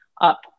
up